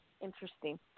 interesting